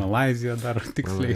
malaizija dar tiksliai